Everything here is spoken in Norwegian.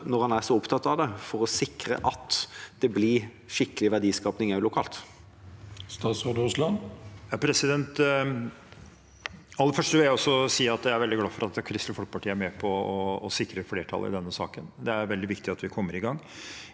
når han er så opptatt av det, for å sikre at det blir skikkelig verdiskaping også lokalt. Statsråd Terje Aasland Aller først vil jeg si at jeg er veldig glad for at Kristelig Folkeparti er med på å sikre flertall i denne saken. Det er veldig viktig at vi kommer i gang.